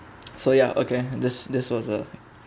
so ya okay this this was a